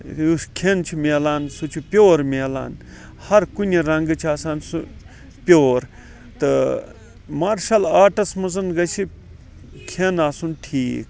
یُس کھیٚن چھُ مِلان سُہ چھُ پیوٚر مِلان ہر کُنہِ رَنٛگہٕ چھُ آسان سُہ پیٚور تہٕ مارشَل آرٹَس مَنٛز گَژھِ کھیٚن آسُن ٹھیٖک